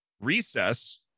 recess